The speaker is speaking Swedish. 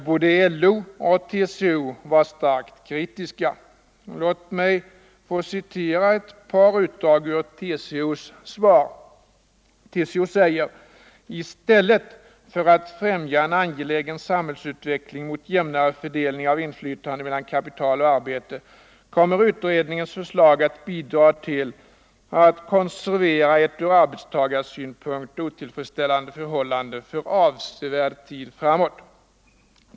Både LO och TCO var starkt kritiska. Låt mig få anföra ett par utdrag ur TCO:s svar. TCO säger att i stället för att främja en angelägen samhällsutveckling mot jämnare fördelning av inflytande mellan kapital och arbete kommer utredningens förslag att bidra till att konservera ett ur arbetstagarsynpunkt otillfredsställande förhållande för avsevärd tid framåt.